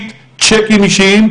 צ'קים אישיים,